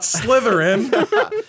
Slytherin